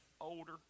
older